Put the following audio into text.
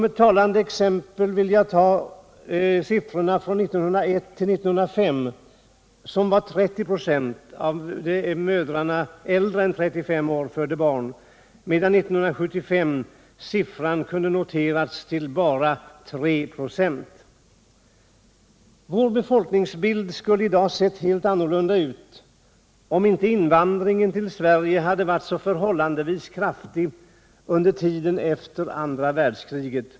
Ett talande exempel är att under åren 1901-1905 var 30 26 av mödrarna äldre än 35 år, medan motsvarande procenttal 1975 kunde noteras till bara 3 96. Vår befolkningsbild skulle i dag har sett helt annorlunda ut om inte invandringen till Sverige hade varit så förhållandevis kraftig under tiden efter andra världskriget.